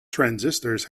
transistors